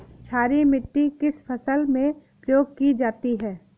क्षारीय मिट्टी किस फसल में प्रयोग की जाती है?